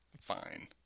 fine